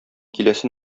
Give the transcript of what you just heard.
киләсе